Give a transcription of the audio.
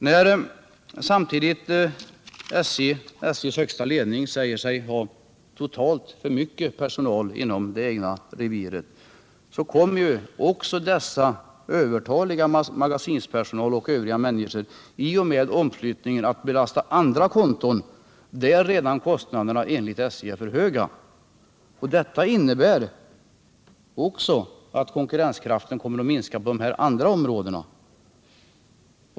När samtidigt SJ:s högsta ledning säger sig ha för mycket personal totalt inom det egna reviret kommer också denna övertaliga magasinspersonal och övriga människor i och med omflyttningen att belasta andra konton där redan kostnaderna enligt SJ är för höga. Detta medför också att konkurrensen kommer att minska på de här andra områdena.